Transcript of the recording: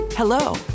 Hello